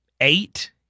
eight